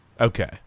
Okay